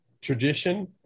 tradition